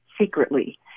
secretly